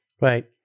Right